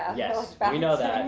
ah yeah so yeah we know that,